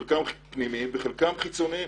חלקם פנימיים וחלקם חיצוניים.